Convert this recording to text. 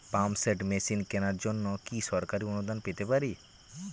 Pump set machine কেনার জন্য কি সরকারি অনুদান পেতে পারি?